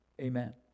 amen